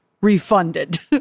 refunded